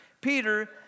Peter